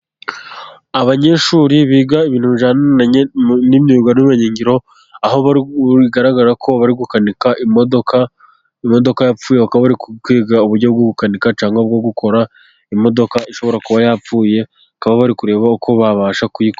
Abanyeshuri biga ibintu bijyaniranye n'imyuga n'ubumenyingiro, aho bigaragara ko bari gukanika imodoka, imodoka yapfuye, bakaba kwiga uburyo bwo gukanika cyangwa bwo gukora imodoka ishobora kuba yapfuye, bakaba bari kureba uko babasha kuyikora.